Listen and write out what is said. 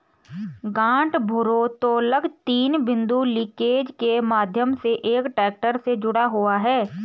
गांठ भारोत्तोलक तीन बिंदु लिंकेज के माध्यम से एक ट्रैक्टर से जुड़ा हुआ है